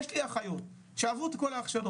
יש לי אחיות שעברו את כל ההכשרות,